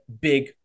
big